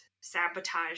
sabotage